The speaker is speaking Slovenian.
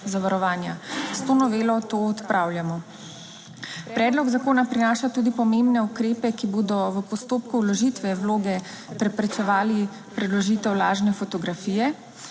S to novelo to odpravljamo. Predlog zakona prinaša tudi pomembne ukrepe, ki bodo v postopku vložitve vloge preprečevali priložitev lažne fotografije.